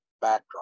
backdrop